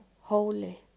holy